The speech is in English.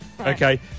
okay